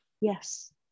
Yes